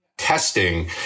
Testing